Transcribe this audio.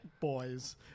boys